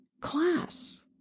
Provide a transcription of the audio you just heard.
class